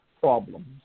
problems